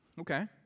Okay